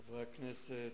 חברי הכנסת,